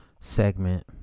segment